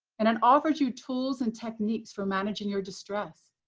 and then offers you tools and techniques for managing your distress.